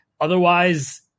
Otherwise